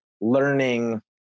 learning